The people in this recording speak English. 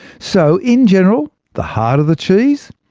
so, in general, the harder the cheese,